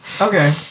Okay